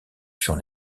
furent